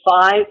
five